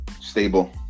stable